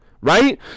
right